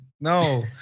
No